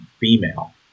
female